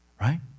Right